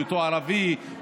היותו הערבי,